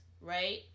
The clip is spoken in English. right